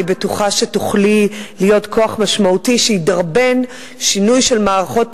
אני בטוחה שתוכלי להיות כוח משמעותי שידרבן שינוי של מערכות